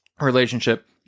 relationship